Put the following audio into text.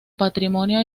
patrimonio